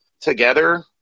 together